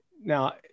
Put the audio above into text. now